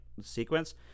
sequence